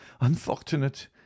unfortunate